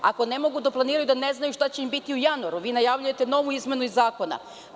Ako ne mogu da planiraju da ne znaju šta će im biti u januaru, vi najavljujete novu izmenu zakona.